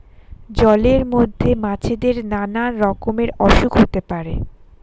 জলের মধ্যে মাছেদের নানা রকমের অসুখ হতে পারে